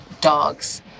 dogs